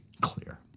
clear